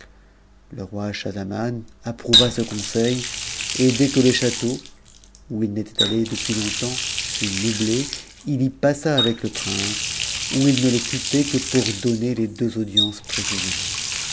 le roi schahzaman approuva ce conseil et dès que lo château où il ct dt aué depuis longtemps fut meublé il y passa avec le prince où il e le quittait que pour donner les deux audiences précisément